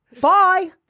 Bye